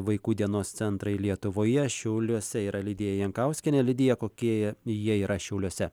vaikų dienos centrai lietuvoje šiauliuose yra lidija jankauskienė lidija kokie jie yra šiauliuose